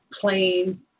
plain